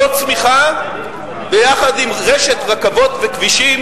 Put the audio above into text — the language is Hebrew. זאת צמיחה יחד עם רשת רכבות וכבישים